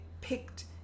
picked